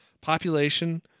Population